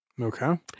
Okay